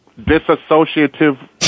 disassociative